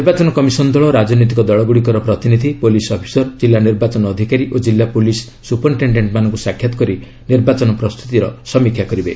ନିର୍ବାଚନ କମିଶନ ଦଳ ରାଜନୈତିକ ଦଳଗୁଡ଼ିକର ପ୍ରତିନିଧି ପୁଲିସ୍ ଅଫିସର ଜିଲ୍ଲା ନିର୍ବାଚନ ଅଧିକାରୀ ଓ କିଲ୍ଲା ପୁଲିସ୍ ସୁପିରିଟେଣ୍ଡେଣ୍ଟ୍ ମାନଙ୍କୁ ସାକ୍ଷାତ କରି ନିର୍ବାଚନ ପ୍ରସ୍ତୁତିର ସମୀକ୍ଷା କରିବେ